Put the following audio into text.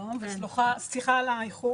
סליחה על האיחור.